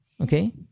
Okay